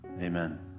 Amen